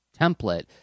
template